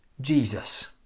Jesus